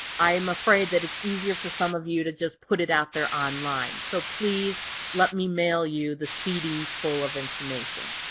i am afraid that it's easier for some of you to just put it out there online. so please let me mail you the cd full of information.